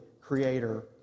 creator